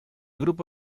grupo